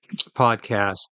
podcast